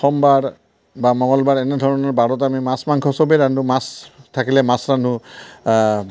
সোমবাৰ বা মঙলবাৰ এনে ধৰণৰ বাৰত আমি মাছ মাংস চবেই ৰান্ধোঁ মাছ থাকিলে মাছ ৰান্ধোঁ